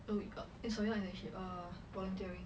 no it's not internship err volunteering